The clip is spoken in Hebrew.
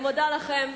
אני מודה לכם,